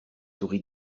souris